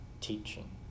teaching